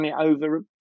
over